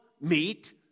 meet